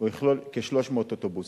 ויכלול כ-300 אוטובוסים.